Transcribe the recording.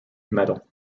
medal